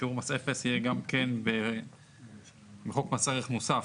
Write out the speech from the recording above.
שיעור מס אפס יהיה גם כן בחוק מס ערך מוסף.